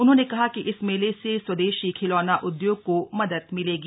उन्होंने कहा कि इस मेले से स्वदेशी खिलौना उदयोग को मदद मिलेगी